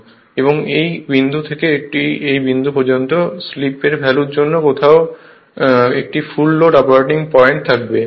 অর্থাৎ এই বিন্দু থেকে এই বিন্দু পর্যন্ত স্লিপ ভ্যালুর জন্য কোথাও একটি ফুল লোড অপারেটিং পয়েন্ট থাকবে